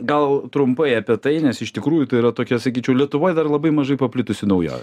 gal trumpai apie tai nes iš tikrųjų tai yra tokia sakyčiau lietuvoj dar labai mažai paplitusi naujovė